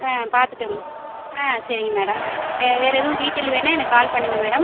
ஆ பார்த்துட்டோம் ஆ சரிங்க மேடம் வேறு எதுவும் டீட்டெயில் வேணால் எனக்கு கால் பண்ணுங்கள் மேடம்